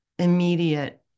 immediate